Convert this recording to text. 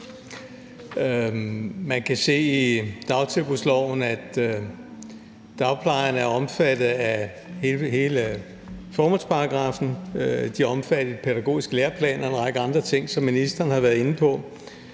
Man kan se i dagtilbudsloven, at dagplejerne er omfattet af hele formålsparagraffen, de er omfattet af de pædagogiske læreplaner og en række andre ting, som ministeren har været inde på,